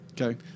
Okay